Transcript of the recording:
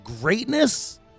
greatness